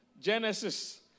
Genesis